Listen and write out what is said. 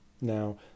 Now